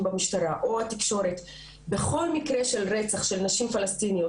במשטרה או התקשורת בכל מקרה של רצח של נשים פלשתינאיות